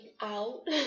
out